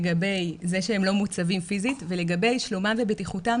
לגבי זה שהם לא מוצבים פיזית ולגבי שלומם ובטיחותם